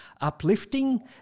uplifting